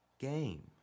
Game